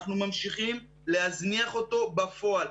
אנחנו ממשיכים להזניח אותו בפועל.